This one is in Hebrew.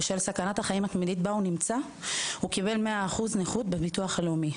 בשל סכנת החיים התמידית בה הוא נמצא הוא קיבל 100% נכות בביטוח הלאומי.